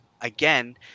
again